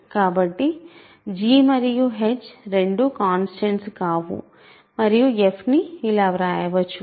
కాబట్టి g మరియు h రెండూ కాన్స్టాంట్స్ కావు మరియు f ని ఇలా వ్రాయవచ్చు